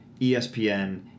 ESPN